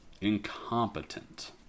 incompetent